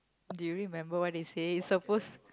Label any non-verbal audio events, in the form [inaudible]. do you remember what they say it's [noise] supposed